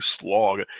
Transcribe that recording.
slog